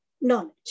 knowledge